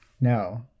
No